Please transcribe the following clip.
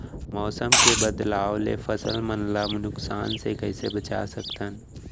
मौसम के बदलाव ले फसल मन ला नुकसान से कइसे बचा सकथन?